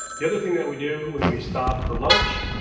the other thing that we do when we stop for lunch,